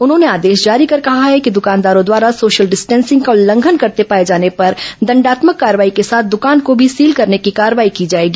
उन्होंने आदेश जारी कर कहा है कि दुकानदारों द्वारा सोशल डिस्टेंसिंग का उल्लंघन करते पाए जाने पर दंडात्मक कार्रवाई के साथ दकान को भी सील करने की कार्रवाई की जाएगी